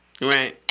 Right